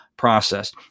Process